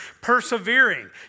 persevering